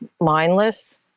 mindless